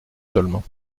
seulement